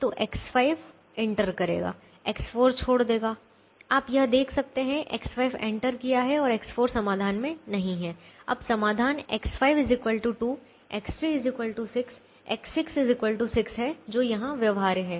तो X5 enter करेगा X4 छोड़ देगा आप यह देख सकते हैं X5 एंटर किया है X4 समाधान में नहीं है अब समाधान X5 2 X3 6 X6 6 है जो यहां व्यवहार्य है